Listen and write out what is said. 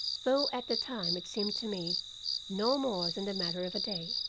though at the time it seemed to me no more than the matter of a day.